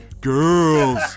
girls